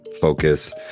focus